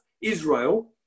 Israel